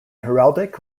heraldic